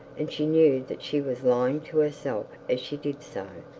and she knew that she was lying to herself as she did so.